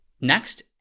Next